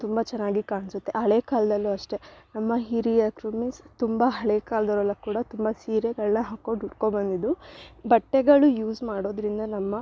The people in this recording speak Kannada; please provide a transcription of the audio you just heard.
ತುಂಬ ಚೆನ್ನಾಗಿ ಕಾಣಿಸುತ್ತೆ ಆ ಹಳೆ ಕಾಲದಲ್ಲು ಅಷ್ಟೇ ನಮ್ಮ ಹಿರಿಯಕರು ಮೀನ್ಸ್ ತುಂಬ ಹಳೆ ಕಾಲದವ್ರೆಲ್ಲ ಕೂಡ ತುಂಬ ಸೀರೆಗಳನ್ನ ಹಾಕೊಂಡು ಉಟ್ಕೊ ಬಂದಿದ್ದು ಬಟ್ಟೆಗಳು ಯೂಸ್ ಮಾಡೋದ್ರಿಂದ ನಮ್ಮ